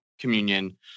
communion